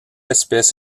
espèce